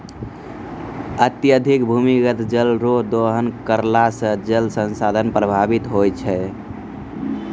अत्यधिक भूमिगत जल रो दोहन करला से जल संसाधन प्रभावित होय छै